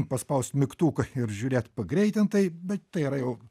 paspaust mygtuką ir žiūrėt pagreitintai bet tai yra jau